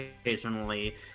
occasionally